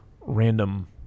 random